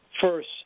first